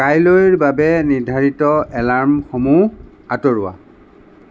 কাইলৈৰ বাবে নিৰ্ধাৰিত এলাৰ্মসমূহ আঁতৰোৱা